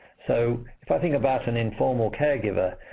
so if i think about an informal caregiver,